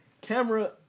camera